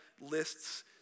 Lists